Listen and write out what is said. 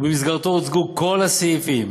ובמסגרתו הוצגו כל הסעיפים,